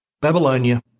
Babylonia